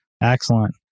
Excellent